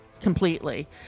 completely